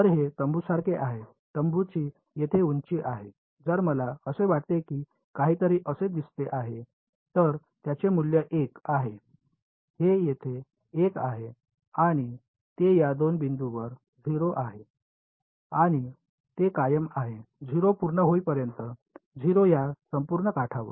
तर हे तंबूसारखे आहे तंबूची येथे उंची आहे जर मला असे वाटते की काहीतरी असे दिसते आहे तर त्याचे मूल्य 1 आहे हे येथे 1 आहे आणि ते या 2 बिंदूंवर 0 वर आहे आणि ते कायम आहे 0 पूर्ण होईपर्यंत 0 या संपूर्ण काठावर